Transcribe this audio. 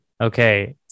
okay